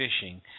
fishing